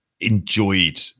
enjoyed